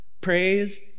praise